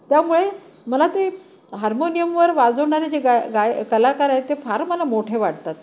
त्यामुळे मला ते हार्मोनियमवर वाजवणारे जे गाय गाय कलाकार आहेत ते फार मला मोठे वाटतात